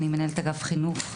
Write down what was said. אני מנהלת אגף חינוך מיוחד,